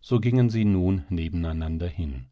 so gingen sie nun nebeneinander hin